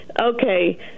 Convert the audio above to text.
okay